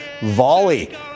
volley